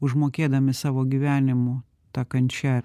užmokėdami savo gyvenimu ta kančia